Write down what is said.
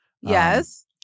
Yes